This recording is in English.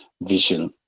visual